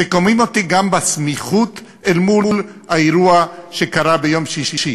זה קומם אותי גם בסמיכות לאירוע שקרה ביום שישי.